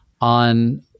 on